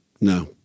No